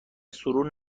سورون